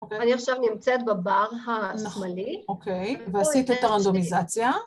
‫אני עכשיו נמצאת בבר השמאלי. ‫-אוקיי, ועשית את הרנדומיזציה.